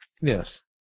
Yes